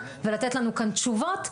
ולתת לנו כאן תשובות.